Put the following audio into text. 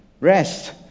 Rest